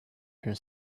her